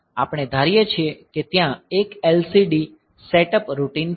આપણે ધારીએ છીએ કે ત્યાં એક LCD સેટઅપ રૂટિન છે